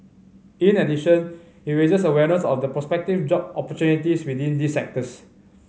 in addition it raises awareness of the prospective job opportunities within these sectors